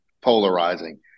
polarizing